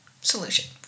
solution